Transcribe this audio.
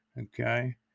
Okay